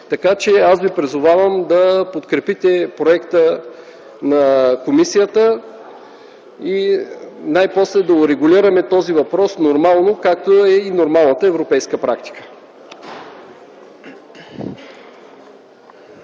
Аз ви призовавам да подкрепите проекта на комисията и най-после да урегулираме този въпрос нормално, както е и нормалната европейска практика.